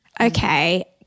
okay